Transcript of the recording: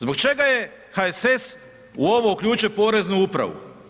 Zbog čega je HSS u ovo uključio i poreznu upravu?